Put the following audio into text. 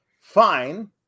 fine